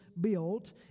built